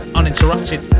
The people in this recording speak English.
uninterrupted